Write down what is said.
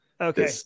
Okay